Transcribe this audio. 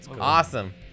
awesome